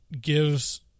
gives